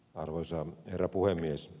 arvoisa herra puhemies